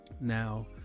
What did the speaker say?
Now